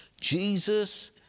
Jesus